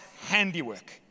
handiwork